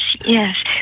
yes